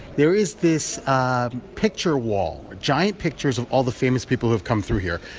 there is this ah picture wall giant pictures of all the famous people who have come through here.